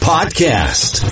Podcast